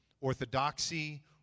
orthodoxy